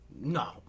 No